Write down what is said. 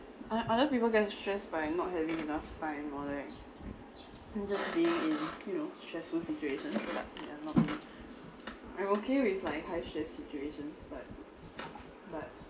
other other people get stressed by not having enough time all that I'm just being in you know stressful situations yeah not me I'm okay with like high stress situation but but